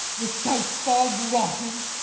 the south fog rot him!